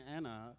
Anna